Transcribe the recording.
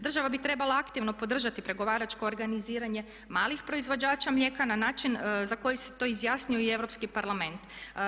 Država bi trebala aktivno podržati pregovaračko organiziranje malih proizvođača mlijeka na način za koji se to izjasnio i Europski parlament.